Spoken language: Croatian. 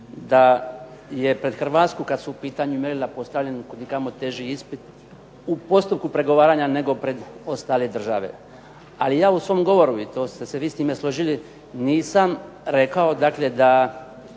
da je pred Hrvatsku kad su u pitanju mjerila postavljeni kud i kamo teži ispit u postupku pregovaranja nego pred ostale države. Ali ja u svom govoru i to ste se vi s tim složili nisam rekao, dakle da